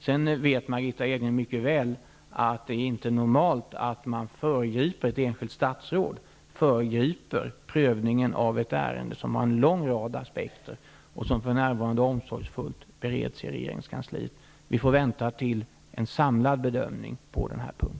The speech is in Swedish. Margitta Edgren vet vidare mycket väl att det inte är normalt att ett enskilt statsråd föregriper prövningen av ett ärende med en lång rad aspekter, ett ärende som för närvarande omsorgsfullt bereds inom regeringskansliet. Vi får vänta på en samlad bedömning på denna punkt.